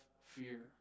fear